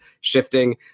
shifting